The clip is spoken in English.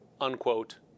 unquote